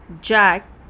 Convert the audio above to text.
Jack